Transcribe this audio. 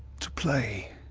to play,